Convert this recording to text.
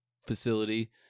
Facility